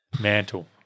mantle